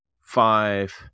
five